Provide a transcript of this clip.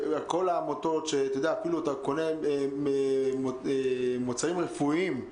כל העמותות אפילו אם אתה קונה מוצרים רפואיים,